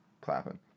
clapping